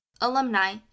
alumni